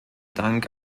dank